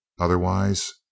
Otherwise